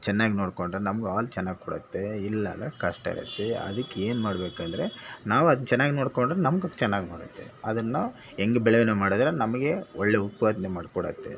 ಚೆನ್ನಾಗ್ ನೋಡಿಕೊಂಡ್ರೆ ನಮ್ಗೆ ಹಾಲ್ ಚೆನ್ನಾಗ್ ಕೊಡುತ್ತೆ ಇಲ್ಲಂದರೆ ಕಷ್ಟ ಇರುತ್ತೆ ಅದಕ್ಕೆ ಏನುಮಾಡ್ಬೇಕ್ ಅಂದರೆ ನಾವು ಅದನ್ನು ಚೆನ್ನಾಗ್ ನೋಡ್ಕೊಂಡ್ರೆ ನಮ್ಗೆ ಚೆನ್ನಾಗ್ ಮಾಡುತ್ತೆ ಅದನ್ನು ಹೆಂಗ್ ಬೆಳವಣಿಗೆ ಮಾಡಿದರೆ ನಮಗೆ ಒಳ್ಳೆ ಉತ್ಪಾದ್ನೆ ಮಾಡಿಕೊಡುತ್ತೆ